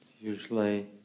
Usually